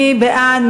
מי בעד?